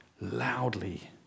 loudly